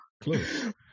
close